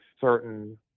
certain